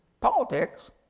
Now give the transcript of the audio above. politics